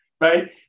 Right